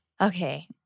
Okay